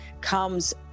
comes